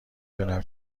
دونم